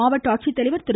மாவட்ட ஆட்சித்தலைவர் திரு